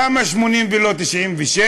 למה 80 ולא 96?